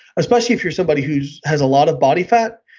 especially if you're somebody who has a lot of body fat,